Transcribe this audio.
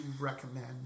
recommend